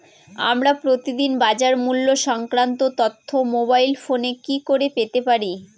আমরা প্রতিদিন বাজার মূল্য সংক্রান্ত তথ্য মোবাইল ফোনে কি করে পেতে পারি?